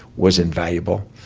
was invaluable.